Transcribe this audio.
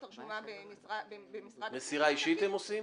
הרשומה במשרד הפנים --- מסירה אישית הם עושים?